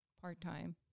part-time